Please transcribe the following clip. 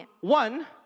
One